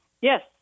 Yes